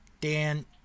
Dan